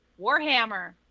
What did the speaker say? Warhammer